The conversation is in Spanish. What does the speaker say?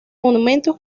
monumentos